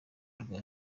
rwa